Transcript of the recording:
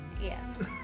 Yes